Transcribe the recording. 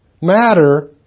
matter